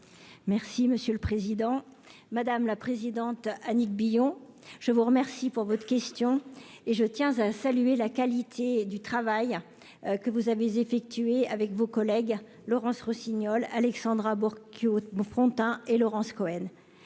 Merci monsieur le président, madame la présidente, Annick Billon, je vous remercie pour votre question et je tiens à saluer la qualité du travail que vous avez effectuées avec vos collègues, Laurence Rossignol, Alexandra Borchio vous feront hein et Laurence Cohen,